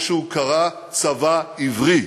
מה שהוא קרא "צבא עברי".